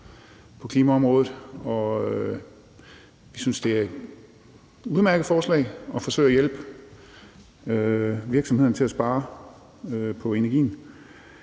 på klimaområdet, og vi synes, det er et udmærket forslag at forsøge at hjælpe virksomhederne til at spare på energien.